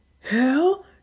Hell